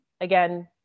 again